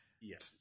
Yes